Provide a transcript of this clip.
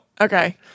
okay